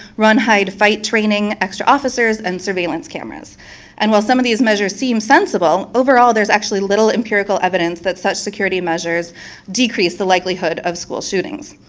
run hide to fight training, extra officers and surveillance cameras and while some of these measures seem sensible, overall there's actually little empirical evidence that such security measures decrease the likelihood of school shootings.